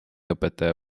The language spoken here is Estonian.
õpetaja